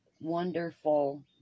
wonderful